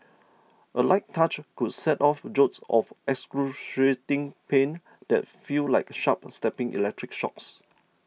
a light touch could set off jolts of excruciating pain that feel like sharp stabbing electric shocks